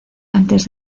antes